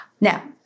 Now